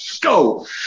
go